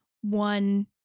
one